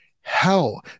Hell